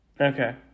Okay